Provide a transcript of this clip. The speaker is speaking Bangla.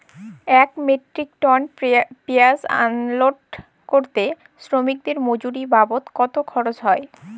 এক মেট্রিক টন পেঁয়াজ আনলোড করতে শ্রমিকের মজুরি বাবদ কত খরচ হয়?